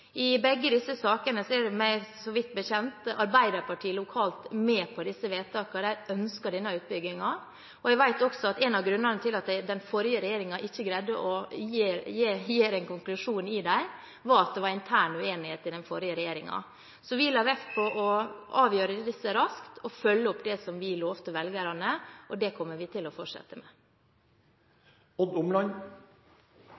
I begge disse sakene er, så vidt jeg vet, Arbeiderpartiet lokalt med på disse vedtakene – de ønsker denne utbyggingen. Jeg vet også at en av grunnene til at den forrige regjeringen ikke klarte å trekke en konklusjon i disse sakene, var at det var intern uenighet i den forrige regjeringen, så vi la vekt på å avgjøre disse sakene raskt og følge opp det som vi lovte velgerne. Det kommer vi til å fortsette med.